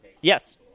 Yes